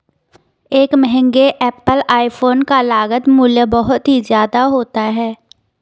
एक महंगे Apple iPhone का लागत मूल्य बहुत ही ज्यादा होता है